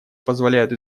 позволяют